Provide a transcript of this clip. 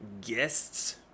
guests